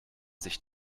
sich